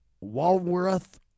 Walworth